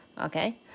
Okay